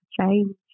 change